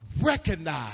Recognize